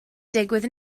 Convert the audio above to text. digwydd